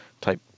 type